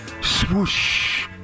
swoosh